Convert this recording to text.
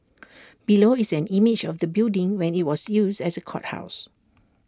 below is an image of the building when IT was used as A courthouse